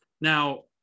Now